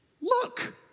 Look